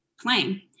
playing